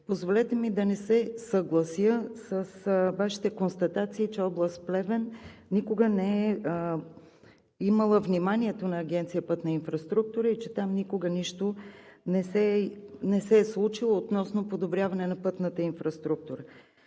Позволете ми да не се съглася с Вашите констатации, че област Плевен никога не е имала вниманието на Агенция „Пътна инфраструктура“ и че там никога нищо не се е случило относно подобряване на пътната инфраструктура.